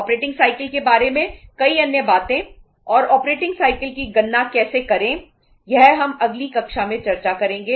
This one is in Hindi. ऑपरेटिंग साइकिल के बारे में कई अन्य बातें और ऑपरेटिंग साइकिल की गणना कैसे करें यह हम अगली कक्षा में चर्चा करेंगे